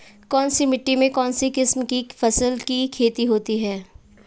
कौनसी मिट्टी में कौनसी किस्म की फसल की खेती होती है?